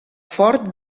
fort